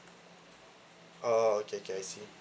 ah okay okay I see